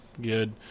Good